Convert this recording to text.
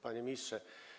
Panie Ministrze!